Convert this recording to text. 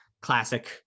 Classic